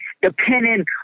Depending